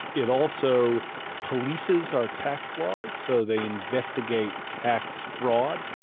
it also polices our tax laws, so they investigate tax fraud.